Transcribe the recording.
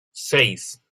seis